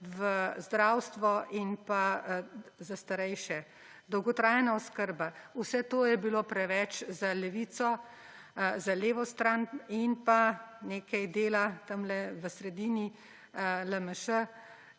v zdravstvo in pa za starejše, dolgotrajna oskrba, vse to je bilo preveč za Levico, za levo stran in pa nekaj dela tamle v sredini, LMŠ,